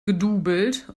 gedoubelt